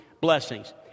blessings